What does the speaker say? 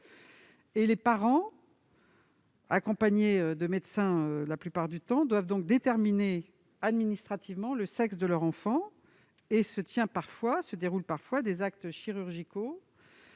an. Les parents, accompagnés de médecins, la plupart du temps, doivent déterminer administrativement le sexe de leur enfant, et se déroulent parfois des actes chirurgicaux